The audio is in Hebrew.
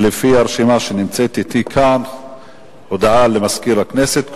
הודעה לסגן מזכירת הכנסת.